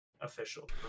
official